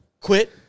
Quit